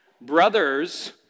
Brothers